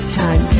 time